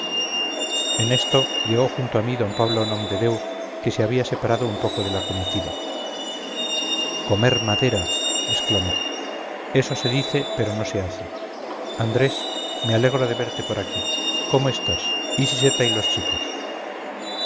en esto llegó junto a mí d pablo nomdedeu que se había separado un poco de la comitiva comer madera exclamó eso se dice pero no se hace andrés me alegro de verte por aquí cómo estás y siseta y los chicos